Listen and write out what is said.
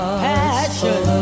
passion